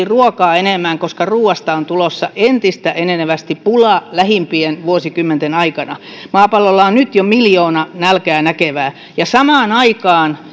ruokaa enemmän koska ruuasta on tulossa entistä enenevästi pula lähimpien vuosikymmenten aikana maapallolla on nyt jo miljoona nälkää näkevää ja samaan aikaan